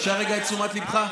אפשר רגע את תשומת ליבך?